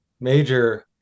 major